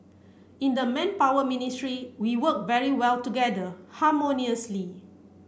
in the Manpower Ministry we work very well together harmoniously